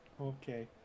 Okay